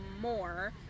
more